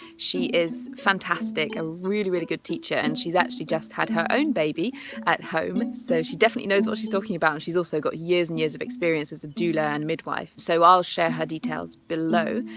she is fantastic, a really really good teacher, and she's actually just had her own baby at home so she definitely knows what she's talking about and she's also got years and years of experience as a doula and midwife, so i'll share her details below.